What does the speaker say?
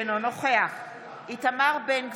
אינו נוכח איתמר בן גביר,